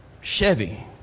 Chevy